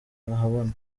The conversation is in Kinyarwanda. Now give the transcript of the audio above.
ahabona